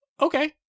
Okay